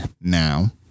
Now